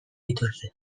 dituzte